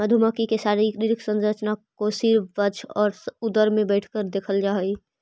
मधुमक्खी के शारीरिक संरचना को सिर वक्ष और उदर में बैठकर देखल जा हई